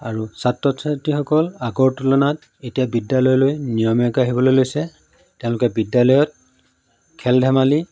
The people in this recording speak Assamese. আৰু ছাত্ৰ ছাত্ৰীসকল আগৰ তুলনাত এতিয়া বিদ্যালয়লৈ নিয়মীয়াকৈ আহিবলৈ লৈছে তেওঁলোকে বিদ্যালয়ত খেল ধেমালি